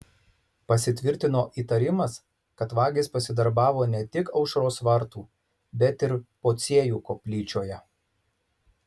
pasitvirtino įtarimas kad vagys pasidarbavo ne tik aušros vartų bet ir pociejų koplyčioje